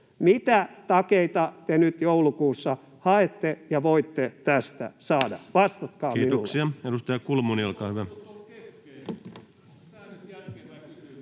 Mitä takeita te nyt joulukuussa haette ja voitte tästä saada? Vastatkaa minulle. Kiitoksia. — Edustaja Kulmuni, olkaa hyvä.